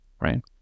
right